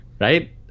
right